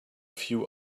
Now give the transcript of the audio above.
few